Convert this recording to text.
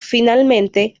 finalmente